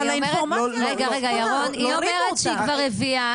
היא אומרת שהיא כבר הביאה,